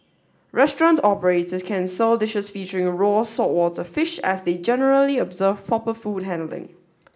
restaurant operators can sell dishes featuring raw saltwater fish as they generally observe proper food handling